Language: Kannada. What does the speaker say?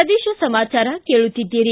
ಪ್ರದೇಶ ಸಮಾಚಾರ ಕೇಳುತ್ತಿದ್ದಿರಿ